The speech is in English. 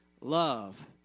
love